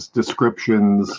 descriptions